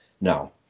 No